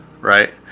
right